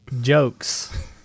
jokes